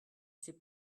s’est